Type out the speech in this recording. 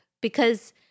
because-